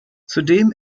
zudem